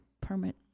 permit